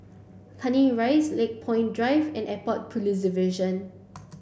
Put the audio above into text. Canning Rise Lakepoint Drive and Airport Police Division